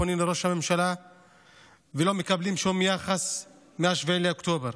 פונים לראש הממשלה ולא מקבלים שום יחס מ-7 באוקטובר.